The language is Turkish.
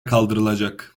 kaldırılacak